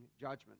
judgment